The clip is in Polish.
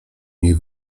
niej